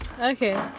Okay